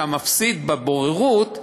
המפסיד בבוררות,